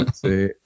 see